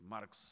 Marx